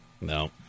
No